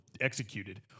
executed